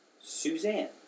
Suzanne